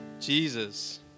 Jesus